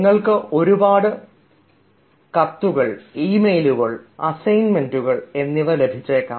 നിങ്ങൾക്ക് ഒരുപാട് കത്തുകൾ ഈമെയിലുകൾ അസൈൻമെൻറുകൾ എന്നിവ ലഭിച്ചേക്കാം